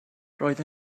roedd